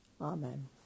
Amen